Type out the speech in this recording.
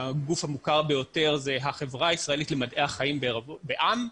הגוף המוכר ביותר זה החברה הישראלית למדעי החיים בע"מ.